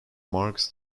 marks